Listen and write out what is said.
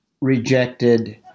rejected